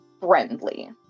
friendly